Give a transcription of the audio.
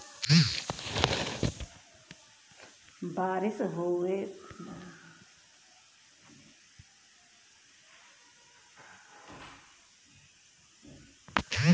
बारिस होये पर अनाज में कीट आउर कीड़ा फसल में लग जाला